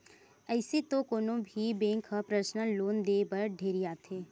अइसे तो कोनो भी बेंक ह परसनल लोन देय बर ढेरियाथे